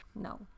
No